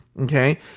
Okay